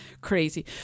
crazy